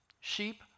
Sheep